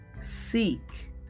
Seek